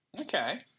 Okay